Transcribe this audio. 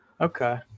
Okay